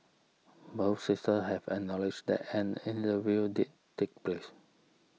both sisters have acknowledged that an interview did take place